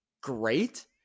great